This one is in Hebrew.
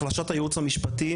החלשת הייעוץ המשפטי.